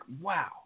wow